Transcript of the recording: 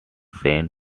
saint